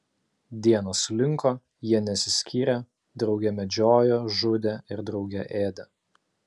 dienos slinko jie nesiskyrė drauge medžiojo žudė ir drauge ėdė